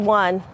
one